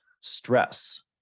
stress